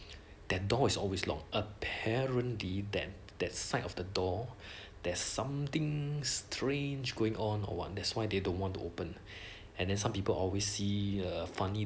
that door is always locked apparently that that side of the door there's something strange going on or what that's why they don't want to open and then some people always see a funny